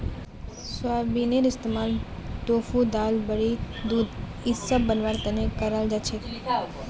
सोयाबीनेर इस्तमाल टोफू दाल बड़ी दूध इसब बनव्वार तने कराल जा छेक